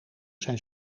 zijn